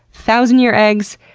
thousand-year eggs,